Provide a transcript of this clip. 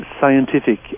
scientific